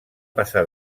passar